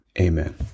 Amen